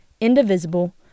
indivisible